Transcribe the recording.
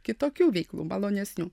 kitokių veiklų malonesnių